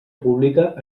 pública